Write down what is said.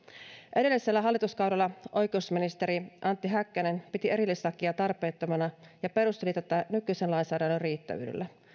edellisellä hallituskaudella oikeusministeri antti häkkänen piti erillislakia tarpeettomana ja perusteli tätä nykyisen lainsäädännön riittävyydellä